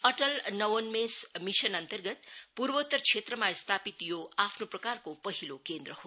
अटल नबोन्मेष मिसन अन्तर्गत पूर्वोत्तर क्षेत्रमा स्थापित यो आफ्नो प्रकारको पहिलो केन्द्र हो